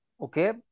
Okay